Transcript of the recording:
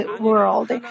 world